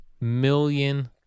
million